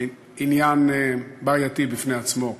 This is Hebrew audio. עניין בעייתי בפני עצמו,